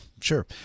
sure